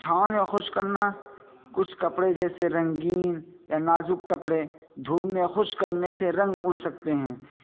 چھاؤں میں خشک کرنا کچھ کپڑے جیسے رنگین یا نازک کپڑے دھوپ میں خشک کرنے سے رنگ اڑ سکتے ہیں